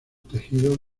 tejidos